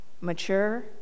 mature